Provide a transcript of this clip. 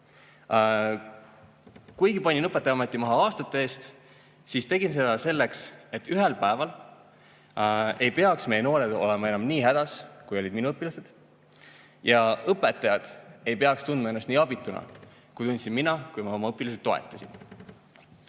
Kuigi panin õpetajaameti maha aastate eest, tegin seda selleks, et ühel päeval ei peaks meie noored olema enam nii hädas, kui olid minu õpilased, ja õpetajad ei peaks tundma ennast nii abituna, kui tundsin mina, kui ma oma õpilasi toetasin.